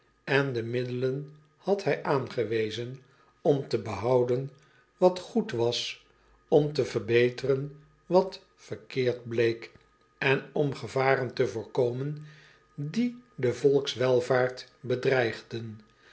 en de middelen had hij aangewezen om te behouden wat goed was om te verbeteren wat verkeerd bleek en om gevaren te voorkomen die de volkswelvaart bedreigden